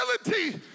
Ability